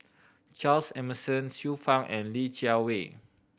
Charles Emmerson Xiu Fang and Li Jiawei